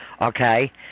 Okay